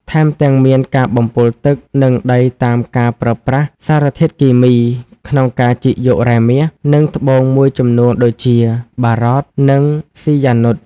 ថែមទាំងមានការបំពុលទឹក និងដីតាមការប្រើប្រាស់សារធាតុគីមី ក្នុងការជីកយករ៉ែមាស និងត្បូងមួយចំនួនដូចជា បារត និង ស៊ីយ៉ានុត។